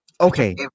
Okay